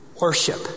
worship